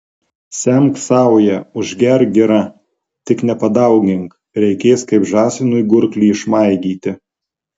semk sauja užgerk gira tik nepadaugink reikės kaip žąsinui gurklį išmaigyti